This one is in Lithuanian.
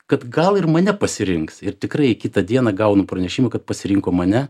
kad gal ir mane pasirinks ir tikrai kitą dieną gaunu pranešimą kad pasirinko mane